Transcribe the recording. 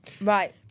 Right